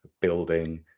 building